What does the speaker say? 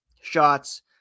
shots